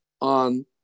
on